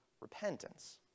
repentance